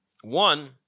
One